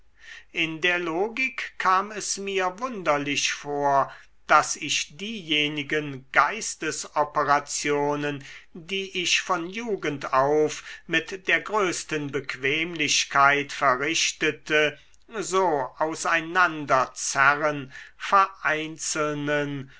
in der logik kam es mir wunderlich vor daß ich diejenigen geistesoperationen die ich von jugend auf mit der größten bequemlichkeit verrichtete so aus einander zerren vereinzelnen